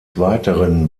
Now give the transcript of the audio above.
weiteren